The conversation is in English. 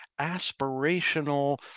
aspirational